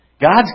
God's